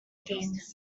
things